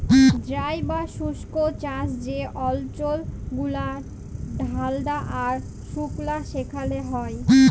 dry বা শুস্ক চাষ যে অল্চল গুলা ঠাল্ডা আর সুকলা সেখালে হ্যয়